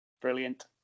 Brilliant